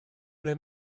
ble